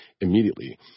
immediately